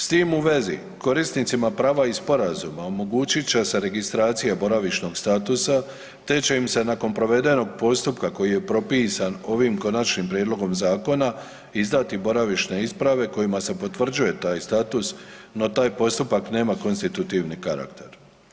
S tim u vezi korisnicima prava iz sporazuma omogućit će se registracija boravišnog statusa, te će im se nakon provedenog postupka koji je propisan ovim konačnim prijedlogom zakona izdati boravišne isprave kojima se potvrđuje taj status, no taj postupak nema konstitutivni karakter.